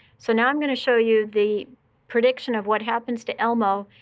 so now i'm going to show you the prediction of what happens to elmo,